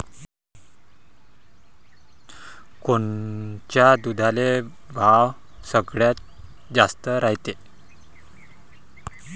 कोनच्या दुधाले भाव सगळ्यात जास्त रायते?